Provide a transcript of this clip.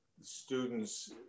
students